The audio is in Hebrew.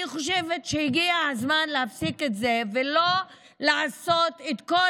אני חושבת שהגיע הזמן להפסיק את זה ולא לעשות את כל